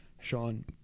Sean